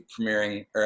premiering